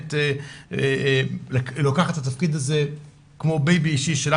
באמת לוקחת את התפקיד הזה כמו בייבי אישי שלה.